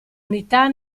unità